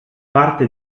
parte